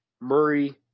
Murray